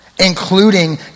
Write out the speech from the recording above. including